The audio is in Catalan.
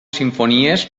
simfonies